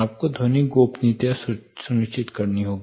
आपको ध्वनिक गोपनीयता सुनिश्चित करनी होगी